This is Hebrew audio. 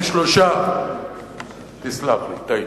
42%, 43%. 43%, תסלח לי, טעיתי.